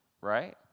right